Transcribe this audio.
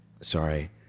Sorry